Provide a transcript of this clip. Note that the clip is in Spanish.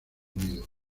unido